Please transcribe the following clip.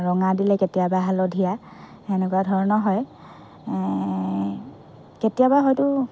ৰঙা দিলে কেতিয়াবা হালধীয়া সেনেকুৱা ধৰণৰ হয় কেতিয়াবা হয়তো